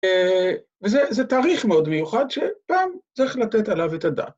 ‫וזה, זה תאריך מאוד מיוחד, ‫שגם צריך לתת עליו את הדעת.